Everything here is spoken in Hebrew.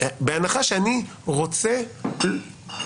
יודע שהוא משאיר כל מיני דברים בעמימות.